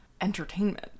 entertainment